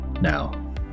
now